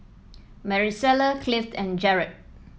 Maricela Cliff and Jarod